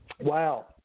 Wow